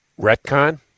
Retcon